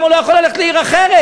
למה הוא לא יכול ללכת לעיר אחרת?